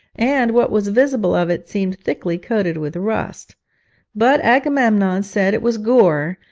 and what was visible of it seemed thickly coated with rust but agamemnon said it was gore,